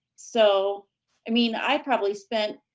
so i mean i probably spent